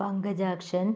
Pankajakshan